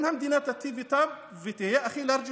אם המדינה תיטיב איתם ותהיה הכי לארג'ית,